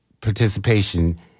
participation